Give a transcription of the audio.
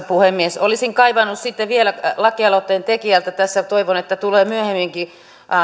puhemies olisin kaivannut vielä lakialoitteen tekijältä tässä toivon että tulee myöhemminkin